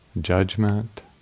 judgment